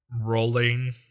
rolling